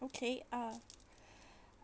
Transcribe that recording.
okay ah